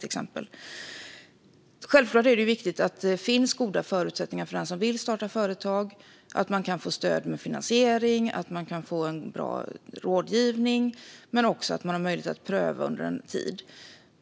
Givetvis är det viktigt att det finns goda förutsättningar för den som vill starta företag och att man kan få stöd med finansiering, bra rådgivning och har möjlighet att pröva under en tid.